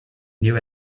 knew